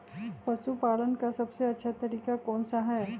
पशु पालन का सबसे अच्छा तरीका कौन सा हैँ?